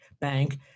bank